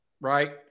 Right